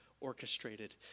orchestrated